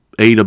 AW